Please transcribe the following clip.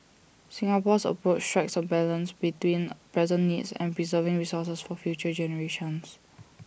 Singapore's approach strikes A balance between present needs and preserving resources for future generations